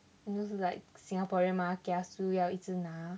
those like singaporean mah kia su 要一直拿